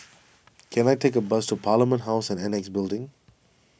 can I take a bus to Parliament House and Annexe Building